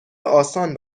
آسان